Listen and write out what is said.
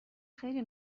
خیلی